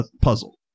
puzzle